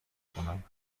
کنند